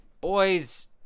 Boys